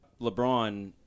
LeBron